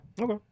Okay